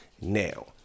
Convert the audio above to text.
now